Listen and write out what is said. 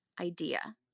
idea